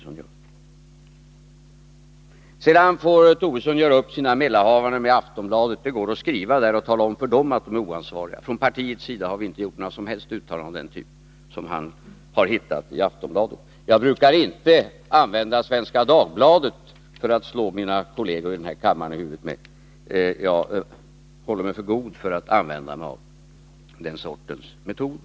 Sedan vill jag säga att Lars Tobisson själv får göra upp sina mellanhavanden med Aftonbladet. Det går att skriva till Aftonbladet och tala om att de är oansvariga där. Från partiets sida har vi inte gjort några som helst uttalanden av den typ som Lars Tobisson har hittat i Aftonbladet. Jag brukar inte använda Svenska Dagbladet för att slå mina kolleger i kammaren i huvudet med — jag håller mig för god för att använda den sortens metoder.